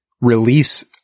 release